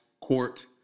court